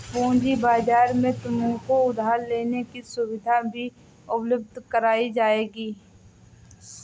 पूँजी बाजार में तुमको उधार लेने की सुविधाएं भी उपलब्ध कराई जाएंगी